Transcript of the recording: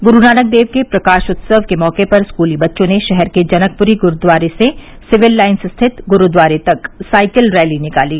गुरूनानक देव के प्रकाश उत्सव के मौके पर स्कूली बच्चों ने शहर के जनकपुरी गुरूद्वारे से सिविल लाइन्स स्थित गुरूद्वारे तक साइकिल रैली निकाली